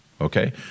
Okay